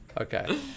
Okay